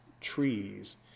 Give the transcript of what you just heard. trees